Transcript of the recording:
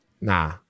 Nah